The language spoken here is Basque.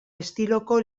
estiloko